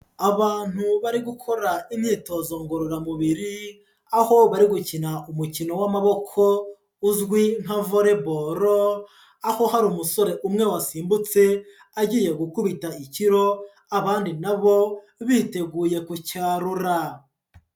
Abantu bari gukora imyitozo ngororamubiri, aho bari gukina umukino w'amaboko uzwi nka vore boro, aho hari umusore umwe wasimbutse agiye gukubita ikiro, abandi na bo biteguye kucyarura.